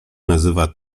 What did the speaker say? nazywa